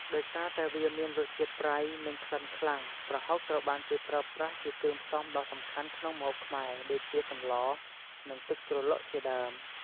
ដោយសារតែវាមានជាតិប្រៃ និងក្លិនខ្លាំង ប្រហុកត្រូវបានគេប្រើប្រាស់ជាគ្រឿងផ្សំដ៏សំខាន់ក្នុងម្ហូបខ្មែរ ដូចជាសម្ល និងទឹកជ្រលក់ជាដើម។